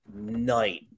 night